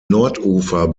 nordufer